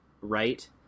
right